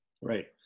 right